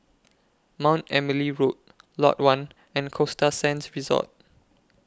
Mount Emily Road Lot one and Costa Sands Resort